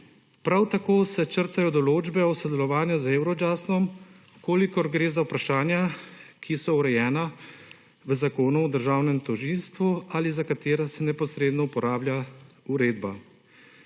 Prav tako se črtajo določbe o sodelovanju z eurojustom v kolikor gre za vprašanja, ki so urejena v Zakonu o državnem tožilstvu ali za katero se neposredno uporablja uredba.